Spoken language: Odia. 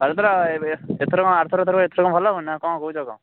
ଭାବୁଥଲ ଏଥର କ'ଣ ଆର ଥର ଠାରୁ ଏଥର କ'ଣ ଭଲ ହେବନି ନାଁ କ'ଣ କହୁଛ କ'ଣ